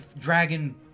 dragon